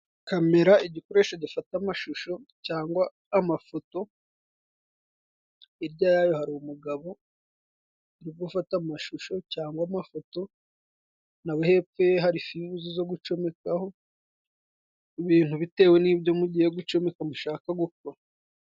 Kamera: Igikoresho gifata amashusho cyangwa amafoto, hirya yayo hari umugabo uri gufata amashusho cyangwa amafoto, naho hepfo hari fimuzi zo gucomekaho ibintu bitewe nibyo mugiye gucomeka mushaka gukora.